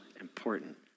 important